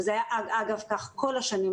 וזה היה אגב כך כל השנים,